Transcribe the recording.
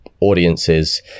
audiences